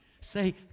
say